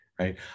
right